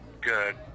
good